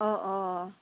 অঁ অঁ